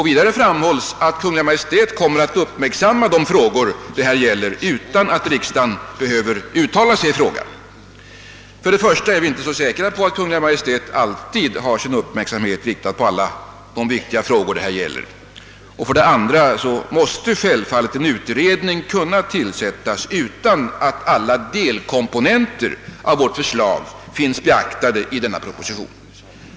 Vidare framhålls att Kungl. Maj:t kommer att uppmärksamma de frågor det här gäller utan att riksdagen behöver uttala sig därom. För det första är vi inte så säkra på att Kungl. Maj:t alltid har sin uppmärksamhet riktad på alla dessa viktiga frågor. För det andra måste självfallet en utredning kunna tillsättas utan att alla delkomponenter i vårt förslag finns beaktade i en proposition.